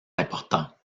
importants